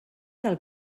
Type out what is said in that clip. del